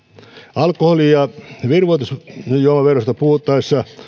alkoholi ja virvoitusjuomaverosta puhuttaessa